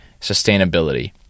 sustainability